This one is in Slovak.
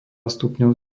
stupňov